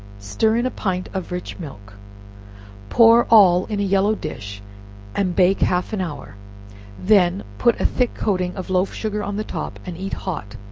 stir in a pint of rich milk pour all in a yellow dish and bake half an hour then, put a thick coating of loaf sugar on the top, and eat hot,